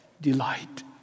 delight